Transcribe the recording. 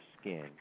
skin